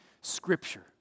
scripture